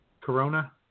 Corona